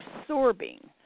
absorbing